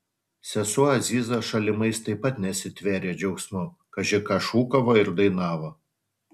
sesuo aziza šalimais taip pat nesitvėrė džiaugsmu kaži ką šūkavo ir dainavo